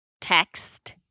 text